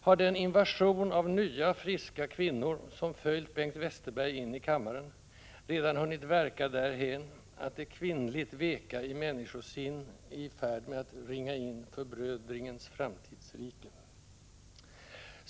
Har den invasion av nya, friska kvinnor som följt Bengt Westerberg in i kammaren redan hunnit verka därhän att det kvinnligt veka i människosinn är i färd med att ringa in förbrödringens framtidsrike?